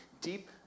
deep